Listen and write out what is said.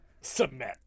submit